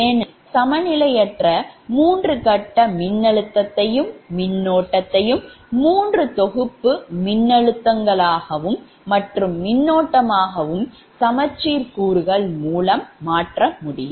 ஏனெனில் சமநிலையற்ற 3 கட்ட மின்னழுத்தத்தையும் மின்னோட்டத்தையும் 3 தொகுப்பு மின்னழுத்தங்களாகவும் மற்றும் மின்னோட்டமாகவும் சமச்சீர் கூறுகள் மூலம் மாற்ற முடியும்